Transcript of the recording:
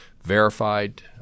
verified